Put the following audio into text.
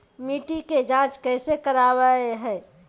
मिट्टी के जांच कैसे करावय है?